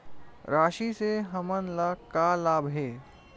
राशि से हमन ला का लाभ हे?